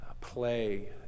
play